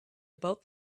about